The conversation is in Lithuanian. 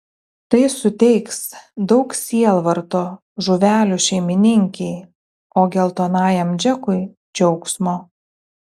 tai suteiks daug sielvarto žuvelių šeimininkei o geltonajam džekui džiaugsmo